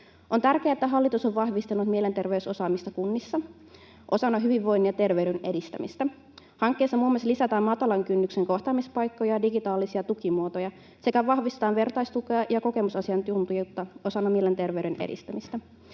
On tärkeää, että hallitus on vahvistanut mielenterveysosaamista kunnissa osana hyvinvoinnin ja terveyden edistämistä. Hankkeessa muun muassa lisätään matalan kynnyksen kohtaamispaikkoja ja digitaalisia tukimuotoja sekä vahvistetaan vertaistukea ja kokemusasiantuntijuutta osana mielenterveyden edistämistä.